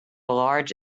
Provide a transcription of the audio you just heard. large